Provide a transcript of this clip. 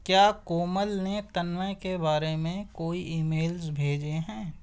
کیا کومل نے تنمئے کے بارے میں کوئی ای میلز بھیجے ہیں